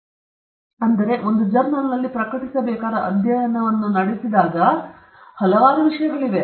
ಉದಾಹರಣೆಗೆ ಒಂದು ಜರ್ನಲ್ನಲ್ಲಿ ಪ್ರಕಟಿಸಬೇಕಾದ ಅಧ್ಯಯನವನ್ನು ನಡೆಸಿದಾಗ ಹಲವಾರು ವಿಷಯಗಳಿವೆ